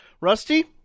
rusty